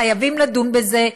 חייבים לדון בזה,